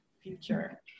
future